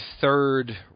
third